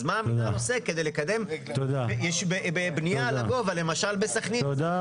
אז מה המינהל עושה כדי לקדם בניה לגובה למשל בסכנין --- תודה.